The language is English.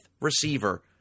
receiver